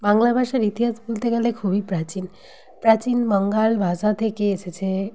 বাংলা ভাষার ইতিহাস বলতে গেলে খুবই প্রাচীন প্রাচীন বাঙ্গাল ভাষা থেকে এসেছে